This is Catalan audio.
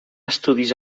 estudis